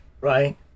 right